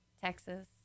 Texas